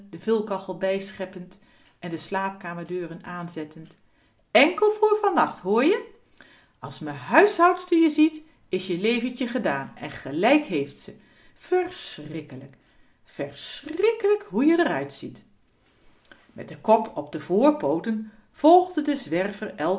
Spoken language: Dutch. de vulkachel bijscheppend en de slaapkamer deuren aanzettend enkel voor vannacht hoor je als me huishoudster je ziet is je leventje gedaan en gelijk heeft ze ver verschrikkelijk hoe je r uitziet schrikelj met den kop op de voorpooten volgde de zwerver